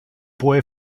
boy